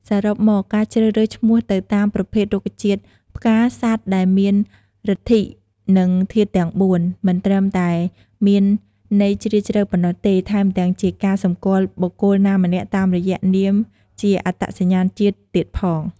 សរុបមក ការជ្រើសរើសឈ្មោះទៅតាម ប្រភេទ រុក្ខជាតិ ផ្កា សត្វដែលមានឬទ្ធិ និងធាតុទាំងបួន មិនត្រឹមតែមានន័យជ្រាលជ្រៅប៉ុណ្ណោះទេ ថែមទាំងជាការសម្គាល់បុគ្គលណាម្នាក់តាមរយៈនាមជាអត្តសញ្ញាតិជាតិទៀតផង។